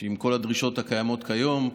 עם כל הדרישות הקיימות כיום,